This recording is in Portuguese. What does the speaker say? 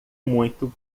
muito